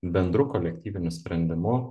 bendru kolektyviniu sprendimu